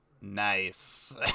Nice